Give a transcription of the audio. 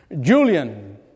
Julian